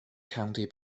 county